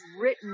written